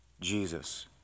Jesus